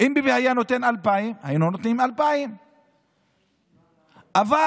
אם ביבי היה נותן 2,000 היינו נותנים 2,000. אבל